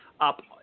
up